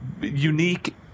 unique